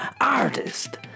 artist